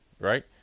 right